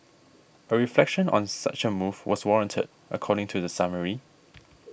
a reflection on such a move was warranted according to the summary